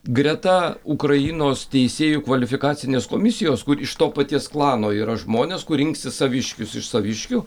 greta ukrainos teisėjų kvalifikacinės komisijos kur iš to paties klano yra žmonės kur rinksis saviškius iš saviškių